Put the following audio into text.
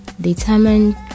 Determined